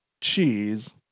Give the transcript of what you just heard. cheese